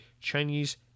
Chinese